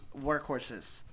workhorses